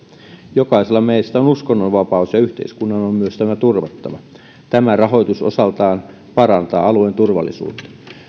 jokaisella meistä on uskonnonvapaus ja yhteiskunnan on myös tämä turvattava tämä rahoitus osaltaan parantaa alueen turvallisuutta